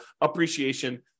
appreciation